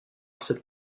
cette